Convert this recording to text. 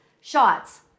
shots